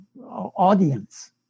audience